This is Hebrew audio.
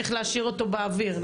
צריך להשאיר אותו באוויר,